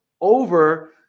over